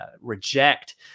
reject